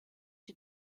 die